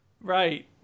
right